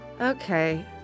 Okay